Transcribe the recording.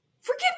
forget